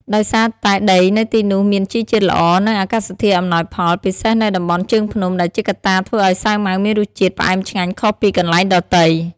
ដោយសារតែដីនៅទីនោះមានជីជាតិល្អ និងអាកាសធាតុអំណោយផល ពិសេសនៅតំបន់ជើងភ្នំ ដែលជាកត្តាធ្វើឲ្យសាវម៉ាវមានរសជាតិផ្អែមឆ្ងាញ់ខុសពីកន្លែងដទៃ។